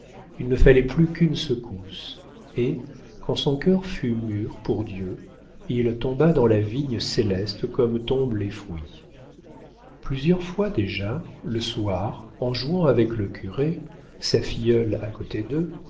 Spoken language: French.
il ne fallait plus qu'une secousse et quand son cœur fut mûr pour dieu il tomba dans la vigne céleste comme tombent les fruits plusieurs fois déjà le soir en jouant avec le curé sa filleule à côté d'eux